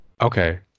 okay